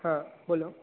હા બોલો